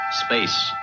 Space